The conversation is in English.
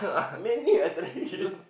many I try already